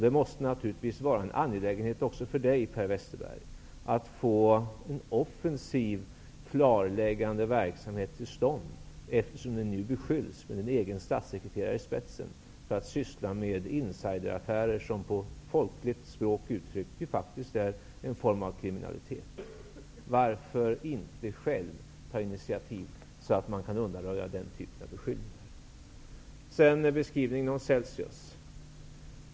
Det måste naturligtvis också vara angeläget för Per Westerberg att få till stånd offensiv klarläggande verksamhet, eftersom ni nu beskylls, med Per Westerbergs egen statssekreterare i spetsen, för att syssla med insideraffärer, som på folkligt språk uttryckt faktiskt är en form av kriminalitet. Varför inte själva ta initiativ så att man kan undanröja den typen av beskyllningar? Sedan till beskrivningen av Celsius.